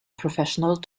professional